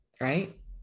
right